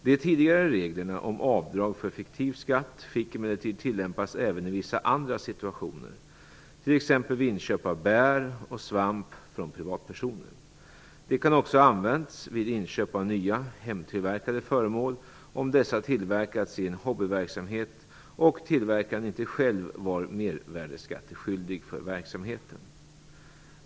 De tidigare reglerna om avdrag för fiktiv skatt fick emellertid tillämpas även i vissa andra situationer, t.ex. vid inköp av bär och svamp från privatpersoner. De kan också ha använts vid inköp av nya, hemtillverkade föremål om dessa tillverkats i en hobbyverksamhet och tillverkaren inte själv var mervärdesskatteskyldig för verksamheten.